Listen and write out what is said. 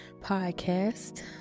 podcast